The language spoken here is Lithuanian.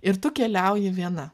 ir tu keliauji viena